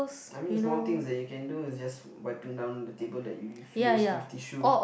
I mean small things that you can do is just wiping down the table that you've used with tissue